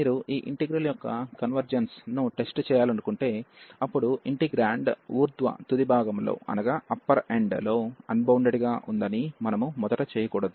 మీరు ఈ ఇంటిగ్రల్ యొక్క కన్వెర్జెన్స్ ను టెస్ట్ చేయాలనుకుంటే అప్పుడు ఇంటిగ్రాండ్ ఊర్ధ్వతుది భాగంలో లో అన్బౌండెడ్ గా ఉందని మనము మొదట చేయకూడదు